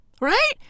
Right